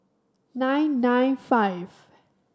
nine nine five